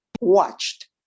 watched